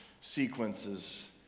sequences